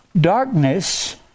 Darkness